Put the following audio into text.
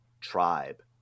tribe